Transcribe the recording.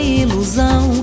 ilusão